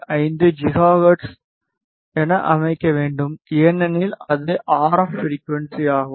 5 gigahertz என அமைக்க வேண்டும் ஏனெனில் அது ஆர்எப் ஃப்ரிகுவன்ஸி ஆகும்